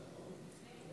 ההצעה להעביר את